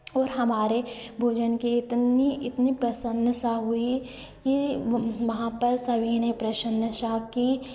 और हमारे भोजन के इतनी इतनी प्रशंसा हुई की वहाँ पर सभी ने प्रशंसा की